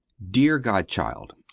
deer godchild,